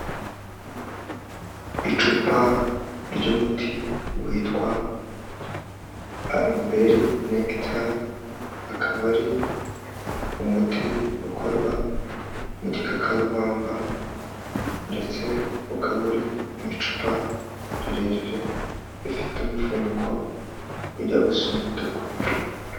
Icupa ry'umuti witwa Aloe berry nectar, akaba ari umuti ukorwa mu gikakarubamba ndetse ukaba uri mu icupa rirerire, rifite umufuniko ujya gusa umutuku.